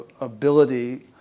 ability